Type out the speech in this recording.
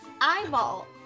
eyeball